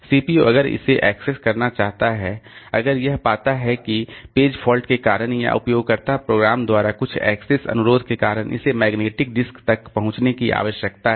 CPU अगर इसे access करना चाहता है अगर यह पाता है कि पेज फॉल्ट के कारण या उपयोगकर्ता प्रोग्राम द्वारा कुछ एक्सेस अनुरोध के कारण इसे मैग्नेटिक डिस्क तक पहुंचने की आवश्यकता है